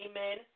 amen